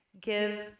give